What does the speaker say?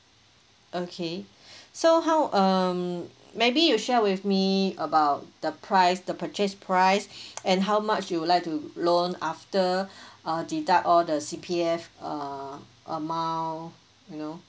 okay so how um maybe you share with me about the price the purchase price and how much you'll like to loan after uh deduct all the C_P_F err amount you know